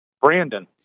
Brandon